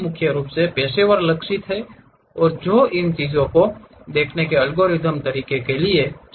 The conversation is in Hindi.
और यह मुख्य रूप से पेशेवरों पर लक्षित है और जो इन चीजों को देखने के एल्गोरिथम तरीके के लिए जाना पसंद करते हैं